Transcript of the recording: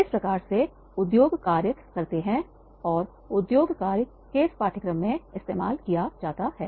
इस प्रकार से उद्योग कार्य करते हैं और उद्योग कार्य केस पाठ्यक्रम में इस्तेमाल किया जाता है